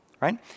Right